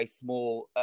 small